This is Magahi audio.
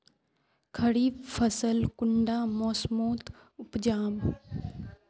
खरीफ फसल कुंडा मोसमोत उपजाम?